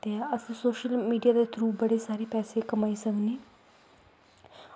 ते अस social media दे थ्रू बड़े सारे पैसे कमाई सकनें